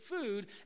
food